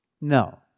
No